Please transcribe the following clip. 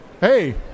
Hey